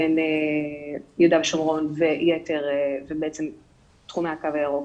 בין יו"ש וייתר ובעצם תחום הקו הירוק,